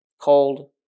Cold